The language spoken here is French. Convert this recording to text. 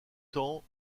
temps